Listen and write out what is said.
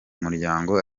muryango